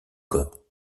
corps